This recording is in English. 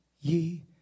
ye